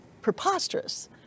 preposterous